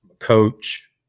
coach